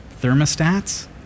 thermostats